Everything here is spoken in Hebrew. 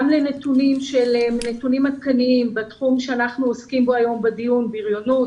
לנתונים עדכניים בתחום שאנחנו עוסקים בו היום בדיון בריונות,